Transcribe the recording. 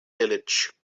village